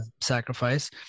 Sacrifice